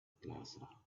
plaza